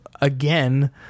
again